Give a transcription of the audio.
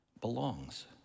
belongs